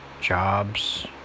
jobs